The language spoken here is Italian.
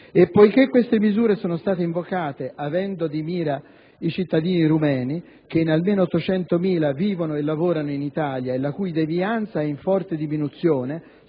E poiché queste misure sono state invocate avendo nella mira i cittadini rumeni, che in almeno 800.000 vivono e lavorano in Italia e la cui devianza è in forte diminuzione